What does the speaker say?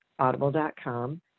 Audible.com